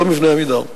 לא מבני "עמידר".